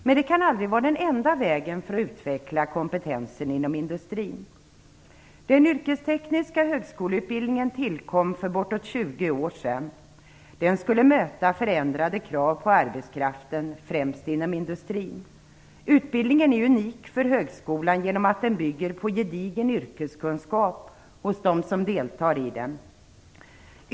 Men det kan aldrig vara den enda vägen för att utveckla kompetensen inom industrin. Den yrkestekniska högskoleutbildningen tillkom för bortåt 20 år sedan. Den skulle möta förändrade krav på arbetskraften, främst inom industrin. Utbildningen är unik för högskolan genom att den bygger på gedigen yrkeskunskap hos dem som deltar i den.